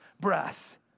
breath